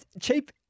cheap